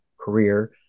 career